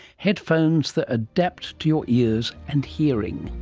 headphones that adapt to your ears and hearing.